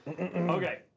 okay